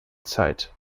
zeit